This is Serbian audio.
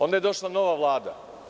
Onda je došla nova Vlada.